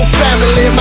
family